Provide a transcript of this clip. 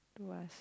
to us